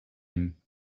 him